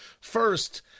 First